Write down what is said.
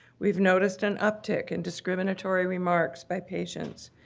we've noticed an uptick in discriminatory remarks by patients,